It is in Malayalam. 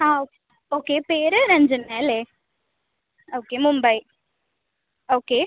ആ ഓക്കെ പേര് രഞ്ജന അല്ലേ ഓക്കെ മുംബൈ ഓക്കെ